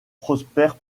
prosper